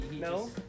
No